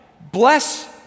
bless